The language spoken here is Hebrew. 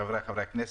חבריי חברי הכנסת,